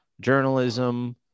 journalism